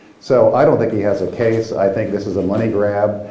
so i don't think he has a case. i think this is a money grab,